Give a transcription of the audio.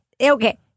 okay